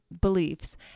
beliefs